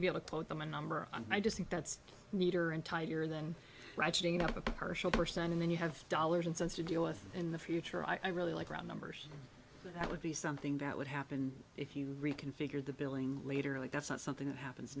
quote them a number and i just think that's neater and tighter than ratcheting up a partial percent and then you have dollars and cents to deal with in the future i really like around numbers that would be something that would happen if you reconfigure the billing later like that's not something that happens